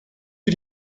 who